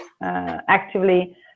actively